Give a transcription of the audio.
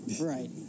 Right